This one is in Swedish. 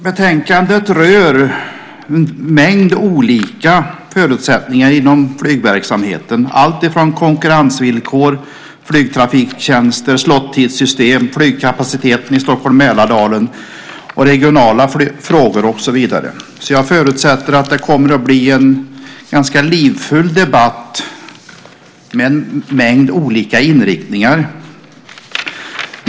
Betänkandet rör en mängd olika förutsättningar inom flygverksamheten. Det är konkurrensvillkor, flygtrafiktjänster, slot tidssystem, flygkapaciteten i Stockholm-Mälardalen och regionala frågor med mera. Jag förutsätter att det kommer att bli en ganska livfull debatt med många olika inriktningar.